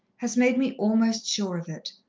has made me almost sure of it.